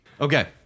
Okay